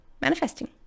manifesting